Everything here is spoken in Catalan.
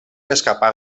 escapar